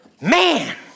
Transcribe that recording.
man